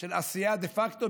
של עשייה דה פקטו.